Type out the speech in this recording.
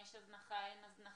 אם יש הזנחה או אין הזנחה.